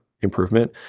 improvement